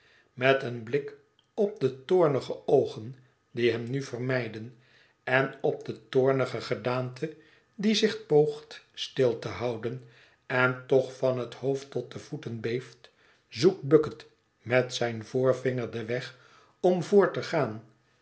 met een blik op de toornige oogen die hem nu vermijden en op de toornige gedaante die zich poogt stil te houden en toch van het hoofd tot de voeten beeft zoekt bucket met zijn voorvinger den weg om voort te gaan